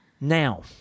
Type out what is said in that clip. Now